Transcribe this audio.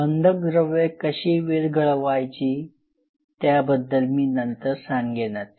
बंधक द्रव्ये कशी विरघळवायची त्याबद्दल मी नंतर सांगेनच